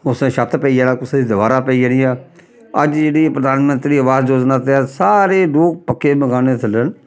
कुसै दा छत पेई जाना कुसै दी दवारां पेई जानियां अज्ज जेह्ड़ी प्रधानमंत्री आवास योजना तैह्त सारे लोक पक्के मकानें दे थल्लै न